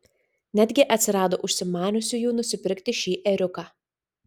netgi atsirado užsimaniusiųjų nusipirkti šį ėriuką